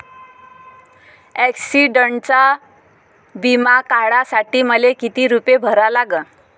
ॲक्सिडंटचा बिमा काढा साठी मले किती रूपे भरा लागन?